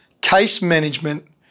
case-management